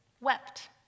wept